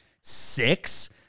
six